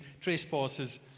trespasses